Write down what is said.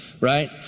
right